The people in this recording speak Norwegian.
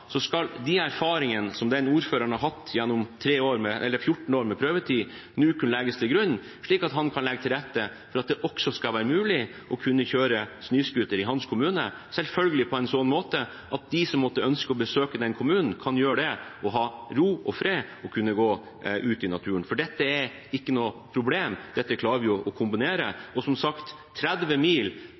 skal de erfaringene som denne ordføreren har fått gjennom 14 år med prøvetid, nå kunne legges til grunn, slik at han kan legge til rette for at det også skal være mulig å kunne kjøre snøscooter i hans kommune – selvfølgelig på en slik måte at de som måtte ønske å besøke kommunen, kan gjøre det og ha ro og fred og kunne gå ut i naturen – dette er ikke noe problem, dette klarer vi å kombinere. Og som sagt: 30